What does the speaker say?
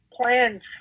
plans